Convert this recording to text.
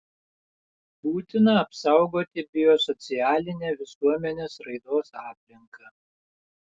būtina apsaugoti biosocialinę visuomenės raidos aplinką